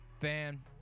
fan